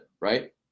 right